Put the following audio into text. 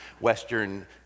western